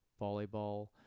volleyball